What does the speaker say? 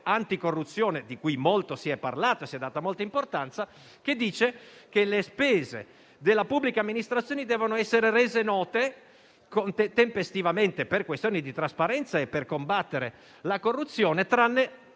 anticorruzione di cui molto si è parlato e a cui è stata data molta importanza, che dice che le spese della pubblica amministrazione devono essere rese note tempestivamente per questioni di trasparenza e per combattere la corruzione, tranne